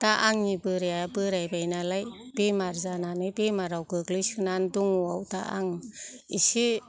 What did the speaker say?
दा आंनि बोराया बोरायबाय नालाय बेमार जानानै बेमाराव गोग्लैसोनानै दङआव दा आं एसे